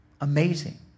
Amazing